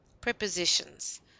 Prepositions